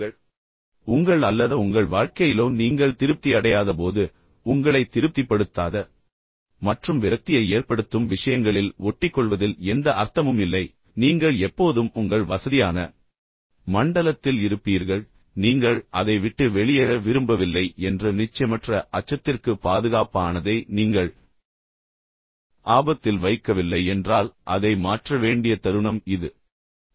எனவே எடுத்துக்காட்டாக உங்கள் வேலையிலோ அல்லது உங்கள் வாழ்க்கையிலோ நீங்கள் திருப்தி அடையாதபோது எனவே உங்களை திருப்திப்படுத்தாத மற்றும் விரக்தியை ஏற்படுத்தும் விஷயங்களில் ஒட்டிக்கொள்வதில் எந்த அர்த்தமும் இல்லை நீங்கள் எப்போதும் உங்கள் வசதியான மண்டலத்தில் இருப்பீர்கள் நீங்கள் அதை விட்டு வெளியேற விரும்பவில்லை என்ற நிச்சயமற்ற அச்சத்திற்கு பாதுகாப்பானதை நீங்கள் ஆபத்தில் வைக்கவில்லை என்றால் அதை மாற்ற வேண்டிய தருணம் இது